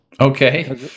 Okay